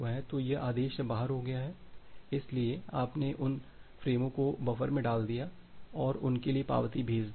तो यह आदेश से बाहर हो गया है इसलिए आपने उन फ़्रेमों को बफर में डाल दिया है और उनके लिए पावती भेज दी है